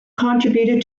contributed